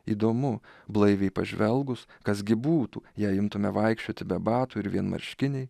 įdomu blaiviai pažvelgus kas gi būtų jei imtume vaikščioti be batų ir vienmarškiniai